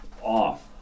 off